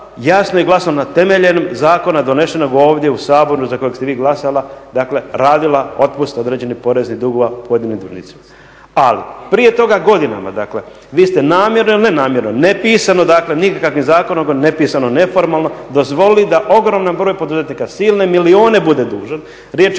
jasno i glasno na temelju zakona donesenog ovdje u Saboru za kojeg ste vi glasali je dakle radila otpust određenih poreznih dugova pojedinim dužnicima. Ali, prije toga godinama dakle vi ste namjerno ili nenamjerno nepisano dakle nikakvim zakonom nepisano, neformalno dozvolili da ogroman broj poduzetnika silne milijune bude dužan. Riječ